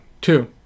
Two